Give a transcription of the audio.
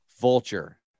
Vulture